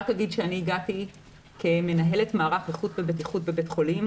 רק אגיד שאני הגעתי כמנהלת מערך איכות ובטיחות בבית חולים,